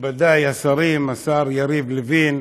מכובדי השרים, השר יריב לוין,